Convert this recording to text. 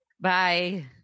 Bye